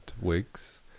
wigs